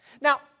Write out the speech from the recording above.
Now